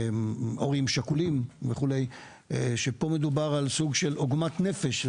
הורים שכולים, שפה מדובר על סוג של עוגמת נפש.